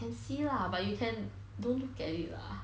can see lah but you can don't look at it ah